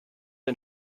ein